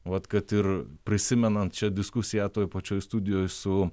vat kad ir prisimenant šią diskusiją toj pačioj studijoj su